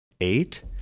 eight